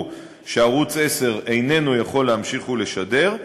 שערוץ 10 איננו יכול להמשיך ולשדר,